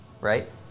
Right